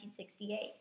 1968